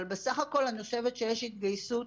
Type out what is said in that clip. אבל בסך הכול אני חושבת שיש התגייסות